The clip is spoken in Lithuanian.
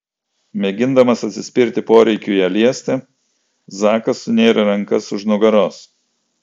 mėgindamas atsispirti poreikiui ją liesti zakas sunėrė rankas už nugaros